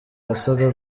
yasaga